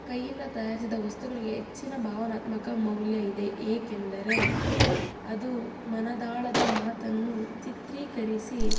ಕೈಯಿಂದ ತಯಾರಿಸಿದ ವಸ್ತುಗಳಿಗೆ ಹೆಚ್ಚಿನ ಭಾವನಾತ್ಮಕ ಮೌಲ್ಯ ಇದೆ ಏಕೆಂದರೆ ಅದು ಮನದಾಳದ ಮಾತನ್ನು ಚಿತ್ರೀಕರಿಸಿ